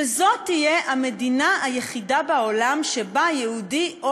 שזאת תהיה המדינה היחידה בעולם שבה יהודי או